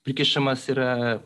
prikišamas yra